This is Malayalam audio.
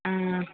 ആ